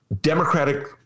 Democratic